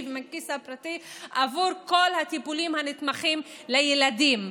והכיס הפרטי עבור כל הטיפולים הנתמכים לילדים.